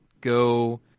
go